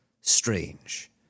Strange